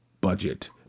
budget